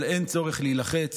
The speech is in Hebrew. אבל אין צורך להילחץ